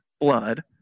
blood